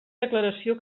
declaració